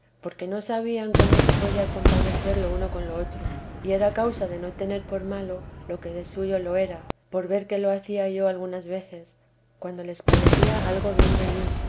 porque no sabían cómo se podía compadecer lo uno con lo otro y era causa de no tener por malo lo que de suyo lo era por ver que lo hacía yo algunas veces cuando les parecía algo bien de mí